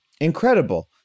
Incredible